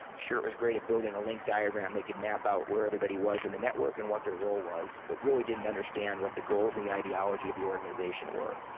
sure, it was great at building a link diagram. they could map out where everybody was in the network and what their role was, but really didn't understand what the goals and the ideology of the organization were,